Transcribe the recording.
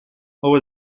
over